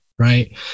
right